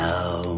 Now